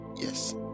Yes